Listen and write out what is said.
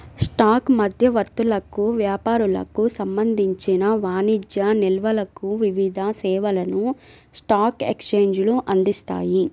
stock మధ్యవర్తులకు, వ్యాపారులకు సంబంధించిన వాణిజ్య నిల్వలకు వివిధ సేవలను స్టాక్ ఎక్స్చేంజ్లు అందిస్తాయి